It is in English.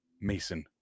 Mason